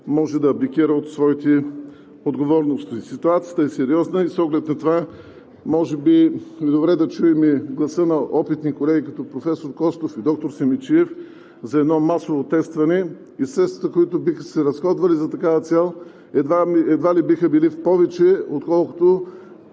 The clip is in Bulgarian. може да абдикира от своите отговорности. Ситуацията е сериозна и с оглед на това може би е добре да чуем гласа на опитни колеги като професор Костов и доктор Симидчиев за едно масово тестване и средствата, които биха се разходвали за такава цел, едва ли биха били в повече, отколкото